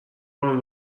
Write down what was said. قانون